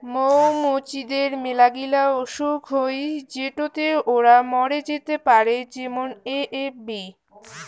মৌ মুচিদের মেলাগিলা অসুখ হই যেটোতে ওরা মরে যেতে পারে যেমন এ.এফ.বি